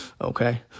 okay